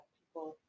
people